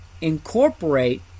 incorporate